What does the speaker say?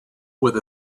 with